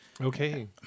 Okay